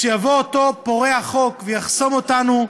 כשיבוא אותו פורע חוק ויחסום אותנו,